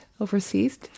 overseas